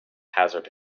hazard